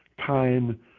time